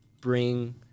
bring